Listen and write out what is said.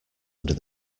under